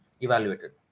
evaluated